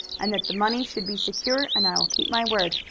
and that the money should be secure and i will keep my word.